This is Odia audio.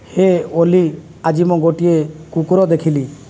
ହେ ଓଲି ଆଜି ମୁଁ ଗୋଟିଏ କୁକୁର ଦେଖିଲି